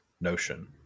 notion